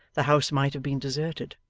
the house might have been deserted,